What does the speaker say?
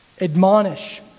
admonish